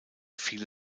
viele